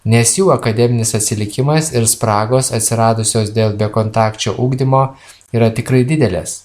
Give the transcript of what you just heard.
nes jų akademinis atsilikimas ir spragos atsiradusios dėl bekontakčio ugdymo yra tikrai didelės